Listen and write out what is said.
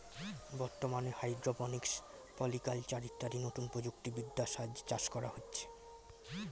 বর্তমানে hydroponics, polyculture ইত্যাদি নতুন প্রযুক্তি বিদ্যার সাহায্যে চাষ করা হচ্ছে